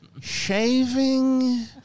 shaving